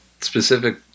specific